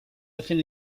hacen